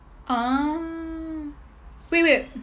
ah wait wait